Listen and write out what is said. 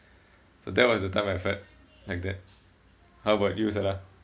so that was the time I felt like that how about you sala